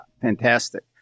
Fantastic